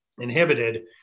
inhibited